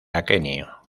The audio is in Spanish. aquenio